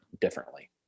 differently